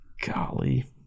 Golly